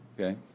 Okay